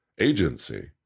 Agency